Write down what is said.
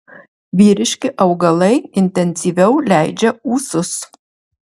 vyriški augalai intensyviau leidžia ūsus